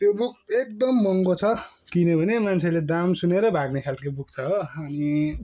त्यो बुक एकदम महङ्गो छ किन्यो भने मान्छेले दाम सुनेर भाग्ने खाल्के बुक छ को